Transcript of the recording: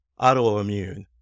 autoimmune